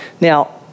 Now